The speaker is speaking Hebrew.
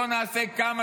בואו נעשה כמה